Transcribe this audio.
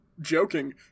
joking